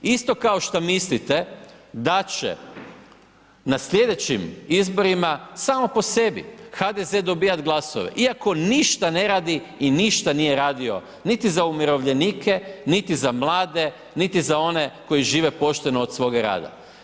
Isto kao što mislite da će na sljedećim izborima samo po sebi HDZ dobivati glasove iako ništa ne radi i ništa nije radio niti za umirovljenike, niti za mlade, niti za one koji žive pošteno od svoga rada.